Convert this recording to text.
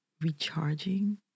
recharging